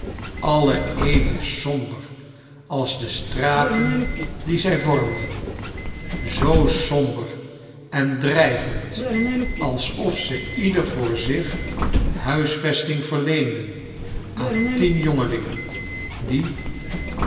alle even somber als de straten die zij vormden zoo somber en dreigend alsof ze ieder voor zich huis vesting verlecnden aan tien jongelingen die